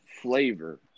flavor